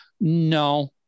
no